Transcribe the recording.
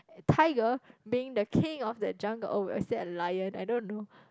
tiger being the king of the jungle or was that a lion I don't know